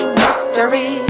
mystery